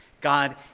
God